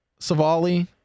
Savali